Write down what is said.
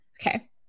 Okay